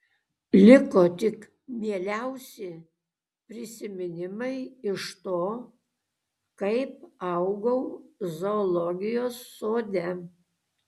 liko tik mieliausi prisiminimai iš to kaip augau zoologijos sode